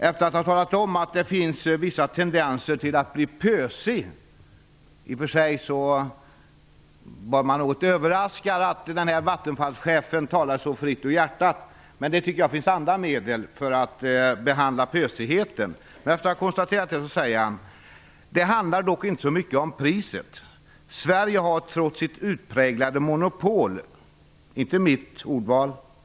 Efter att han talat om att det finns vissa tendenser till att bli pösig - man blir något överraskad att denne Vattenfallschef talar så fritt ur hjärtat; det finns nog andra medel att behandla pösigheten med - säger han: "Det handlar dock inte så mycket om priset, Sverige har trots sitt utpräglade monopol världens lägsta elpriser."